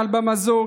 מעל במה זו,